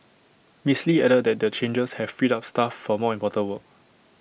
miss lee added that the changes have freed up staff for more important work